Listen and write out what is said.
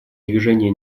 движения